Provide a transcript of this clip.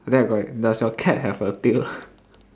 then I correct does your cat have a tail